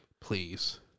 please